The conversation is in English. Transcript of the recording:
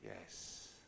Yes